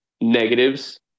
negatives